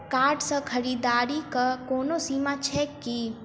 Card सँ खरीददारीक कोनो सीमा छैक की?